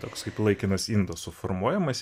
toks kaip laikinas indas suformuojamas